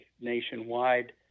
nationwide